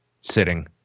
sitting